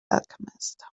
alchemist